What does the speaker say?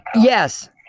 Yes